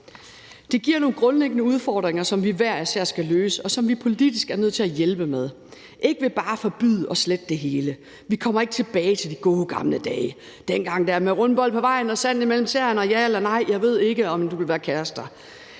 Det giver nogle grundlæggende udfordringer, som vi hver især skal løse, og som vi politisk er nødt til at hjælpe med. Vi gør det ikke ved bare at forbyde og slette det hele. Vi kommer ikke tilbage til de gode gamle dage – dengang med rundbold på vejen, sand imellem tæerne og »ja«, »nej« eller »jeg ved ikke« til, om du vil være kærester.